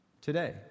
today